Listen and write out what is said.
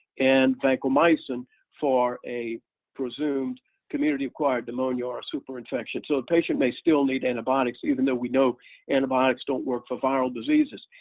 and vancomycin for a presumed community-acquired pneumonia, or super infection. so a patient may still need antibiotics, even though we know antibiotics don't work for viral diseases.